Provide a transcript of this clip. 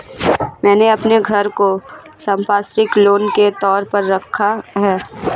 मैंने अपने घर को संपार्श्विक लोन के तौर पर रखा है